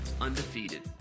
undefeated